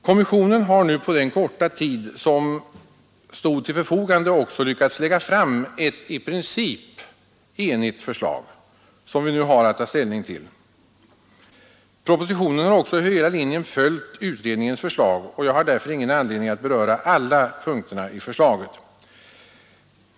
Kommissionen har på den korta tid som stått till förfogande lyckats lägga fram ett i princip enhälligt förslag, som vi nu har att ta ställning till. Propositionen följer också över hela linjen utredningens förslag, och jag har därför ingen anledning att beröra alla punkter i förslaget.